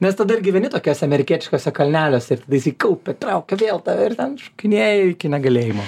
nes tada ir gyveni tokiuose amerikietiškuose kalneliuose ir tada jisai kaupia traukia vėl tave ir ten šokinėji iki negalėjimo